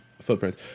footprints